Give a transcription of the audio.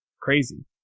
crazy